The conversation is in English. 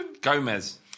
Gomez